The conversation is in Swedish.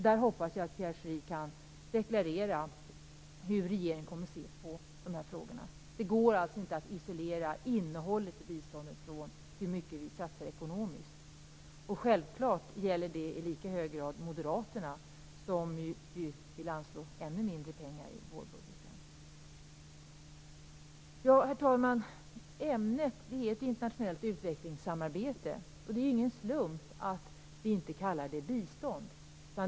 Jag hoppas att Pierre Schori kan deklarera hur regeringen kommer att se på dessa frågor. Det går inte att isolera frågan om innehållet i biståndet från frågan om hur mycket vi satsar ekonomiskt. Självfallet gäller det i lika hög grad Moderaterna, som ju vill anslå ännu mindre pengar i vårbudgeten. Herr talman! Ämnet är internationellt utvecklingssamarbete. Det är ingen slump att vi inte kallar det bistånd.